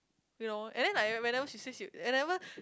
you know and then like whenever she say she whenever